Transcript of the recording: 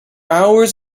hours